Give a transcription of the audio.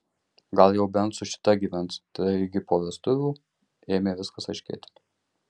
gal jau bent su šita gyvens taigi po vestuvių ėmė viskas aiškėti